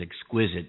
exquisite